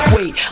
Wait